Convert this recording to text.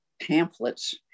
pamphlets